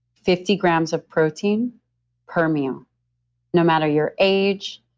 fifty grams of protein per meal no matter your age,